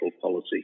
Policy